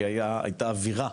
כי היתה אווירה